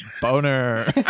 Boner